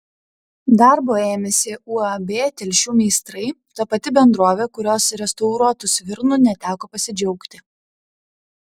darbo ėmėsi uab telšių meistrai ta pati bendrovė kurios restauruotu svirnu neteko pasidžiaugti